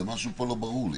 משהו פה לא ברור לי.